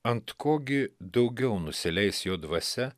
ant ko gi daugiau nusileis jo dvasia